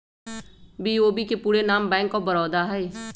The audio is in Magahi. बी.ओ.बी के पूरे नाम बैंक ऑफ बड़ौदा हइ